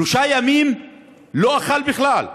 שלושה ימים הוא לא אכל בכלל,